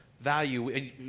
value